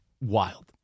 wild